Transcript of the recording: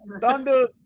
Thunder